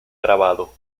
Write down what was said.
grabado